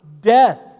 death